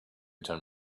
turn